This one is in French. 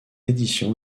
édition